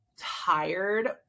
tired